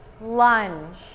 lunge